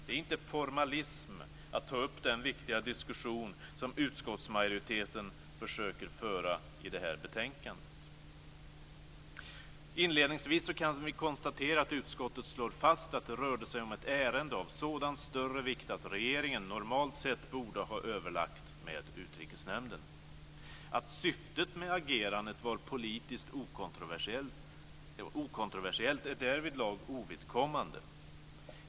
Det är inte formalism att ta upp den viktiga diskussion som utskottsmajoriteten försöker föra i detta betänkande. Inledningsvis kan vi konstatera att utskottet slår fast att det rörde sig om ett ärende av sådan större vikt att regeringen normalt sett borde ha överlagt med Utrikesnämnden. Att syftet med agerandet var politiskt okontroversiellt är därvidlag ovidkommande.